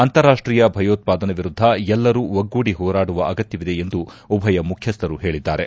ಅಂತಾರಾಷ್ಟೀಯ ಭೆಯೋತ್ವಾದನೆ ವಿರುದ್ದ ಎಲ್ವರೂ ಒಗ್ಗೂಡಿ ಹೋರಾಡುವ ಅಗತ್ಯವಿದೆ ಎಂದು ಉಭಯ ಮುಖ್ಯಸ್ಥರು ಹೇಳಿದ್ದಾರೆ